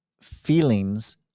feelings